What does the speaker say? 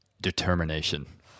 Determination